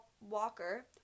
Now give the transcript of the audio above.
Walker